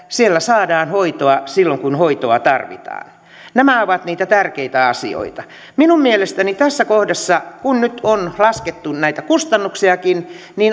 siellä saadaan hoitoa silloin kun hoitoa tarvitaan nämä ovat niitä tärkeitä asioita minun mielestäni tässä kohdassa kun nyt on laskettu näitä kustannuksiakin